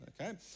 okay